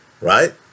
right